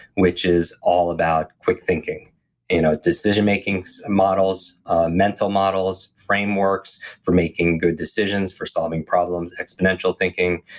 which is all about quick thinking you know decision making models mental models, frameworks for making good decisions, for solving problems, exponential thinking,